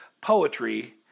poetry